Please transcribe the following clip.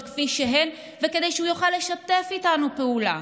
כפי שהן וכדי שהוא יוכל לשתף איתנו פעולה.